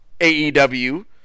AEW